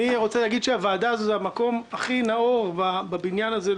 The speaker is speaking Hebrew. הוועדה הזאת היא המקום הכי נאור בבניין הזה,